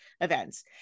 events